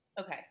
Okay